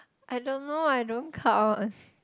I don't know I don't count